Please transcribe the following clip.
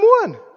one